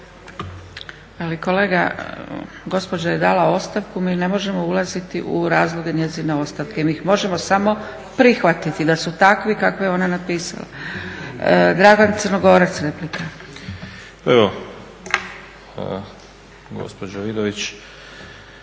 kolega gospođa je dala ostavku, mi ne možemo ulaziti u razloge njezine ostavke. Mi ih možemo samo prihvatiti da su takvi kakve je ona napisala. Dragan Crnogorac, replika. **Crnogorac,